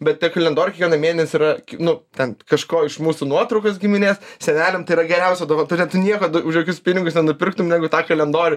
bet tie kalendoriai kiekvieną mėnesį yra nu ten kažko iš mūsų nuotraukas giminės seneliam tai yra geriausia dovana tai yra tu nieko dau už jokius pinigus nenupirktum negu tą kalendorių